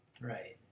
Right